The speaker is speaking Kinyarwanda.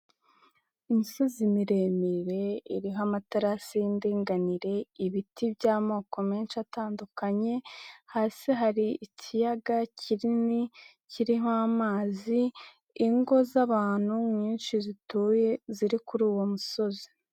Imisozi miremire iriho amatarasi y'indninganire, ibiti by'amoko menshi atandukanye, hasi hari ikiyaga kinini kiriho amazi, ingo z'abantu nyinshi zituye ziri kuri uwo musozi.